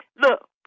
Look